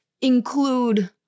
include